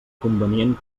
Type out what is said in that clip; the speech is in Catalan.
convenient